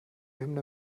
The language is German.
hymne